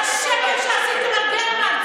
על השקר שעשיתם על גרמן,